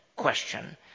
Question